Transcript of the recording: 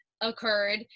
occurred